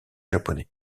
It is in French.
japonais